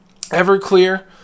Everclear